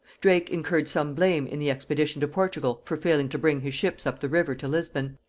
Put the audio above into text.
drake incurred some blame in the expedition to portugal for failing to bring his ships up the river to lisbon,